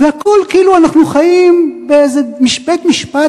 והכול כאילו אנחנו חיים באיזה בית-משפט